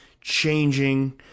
changing